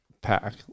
pack